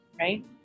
right